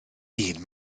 hun